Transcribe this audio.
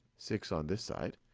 six on this side.